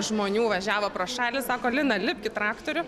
žmonių važiavo pro šalį sako lina lipk į traktorių